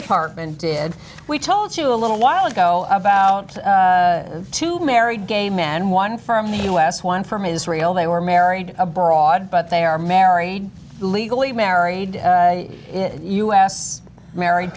department did we told you a little while ago about two married gay men one firm in the u s one from israel they were married abroad but they are married legally married u s married